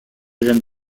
gêne